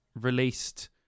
released